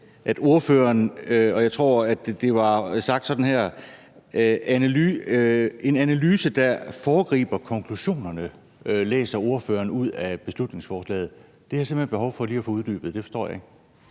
at ordføreren sagde, jeg tror, det var sådan her, at en analyse, der foregriber konklusionerne, læser ordføreren ud af beslutningsforslaget. Det har jeg simpelt hen behov for lige at få uddybet. For det forstår jeg ikke.